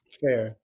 Fair